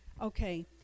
Okay